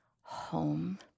home